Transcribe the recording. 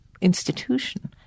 institution